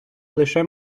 лише